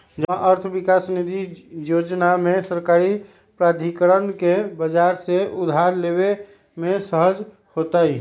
जमा अर्थ विकास निधि जोजना में सरकारी प्राधिकरण के बजार से उधार लेबे में सहज होतइ